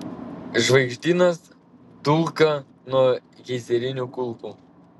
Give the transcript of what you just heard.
žvaigždynas dulka nuo geizerinių kulkų